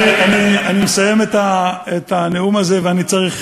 אני מסיים את הנאום הזה ואני צריך